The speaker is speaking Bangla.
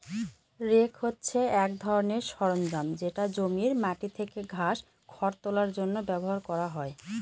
রেক হছে এক ধরনের সরঞ্জাম যেটা জমির মাটি থেকে ঘাস, খড় তোলার জন্য ব্যবহার করা হয়